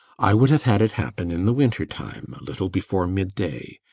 i would have had it happen in the winter-time a little before midday.